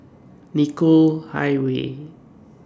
Nicoll Highway